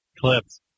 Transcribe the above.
clips